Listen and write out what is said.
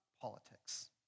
politics